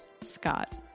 Scott